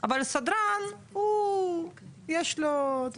אבל הסדרן יש לו את